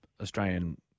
Australian